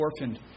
orphaned